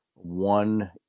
One